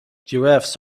giraffes